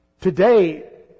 Today